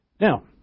Now